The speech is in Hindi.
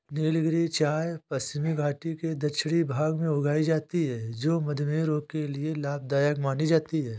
नीलगिरी चाय पश्चिमी घाटी के दक्षिणी भाग में उगाई जाती है जो मधुमेह रोग के लिए लाभदायक मानी जाती है